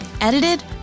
Edited